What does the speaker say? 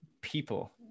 people